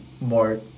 more